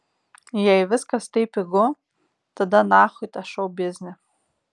jei viskas taip pigu tada nachui tą šou biznį